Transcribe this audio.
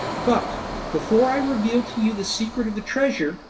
but before i reveal to you the secret of the treasure,